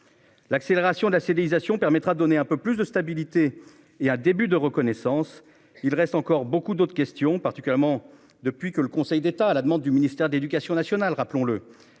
L'accélération de la civilisation permettra, donner un peu plus de stabilité et un début de reconnaissance. Il reste encore beaucoup d'autres questions particulièrement depuis que le Conseil d'État à la demande du ministère de l'Éducation nationale, rappelons-le